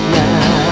now